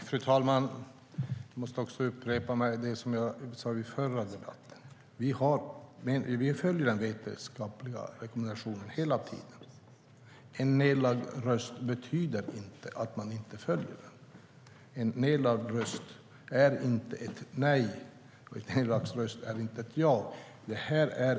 Fru talman! Jag måste också upprepa mig från förra debatten. Vi följer de vetenskapliga rekommendationerna hela tiden. En nedlagd röst betyder inte att man inte följer dem. En nedlagd röst är inte ett nej. En nedlagd röst är inte heller ett ja.